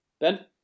Ben